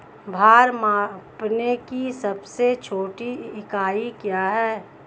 भार मापने की सबसे छोटी इकाई क्या है?